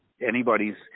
Anybody's